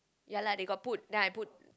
ya lah they got put then I put